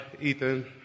Ethan